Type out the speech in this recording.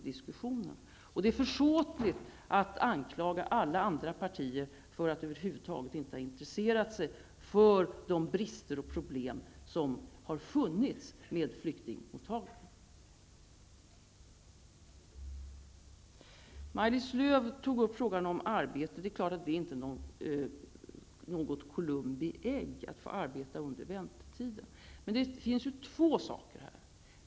Det är försåtligt att anklaga alla andra partier för att över huvud taget inte ha intresserat sig för de brister och problem som har funnits i flyktingmottagandet. Maj-Lis Lööw tog upp frågan om arbete. Det är klart att det inte är fråga om något Columbi ägg att få arbeta under väntetiden. Men det rör sig om två saker.